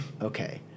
Okay